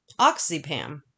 oxypam